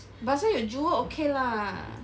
but 现在有 jewel okay lah